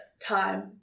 time